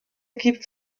équipes